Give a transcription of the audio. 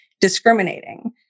discriminating